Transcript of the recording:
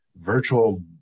virtual